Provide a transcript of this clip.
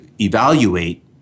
evaluate